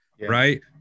right